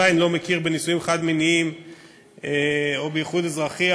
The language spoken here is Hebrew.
עדיין לא מכיר בנישואין חד-מיניים או באיחוד אזרחי,